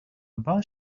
bus